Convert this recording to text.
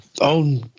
own